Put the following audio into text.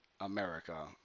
America